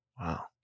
Wow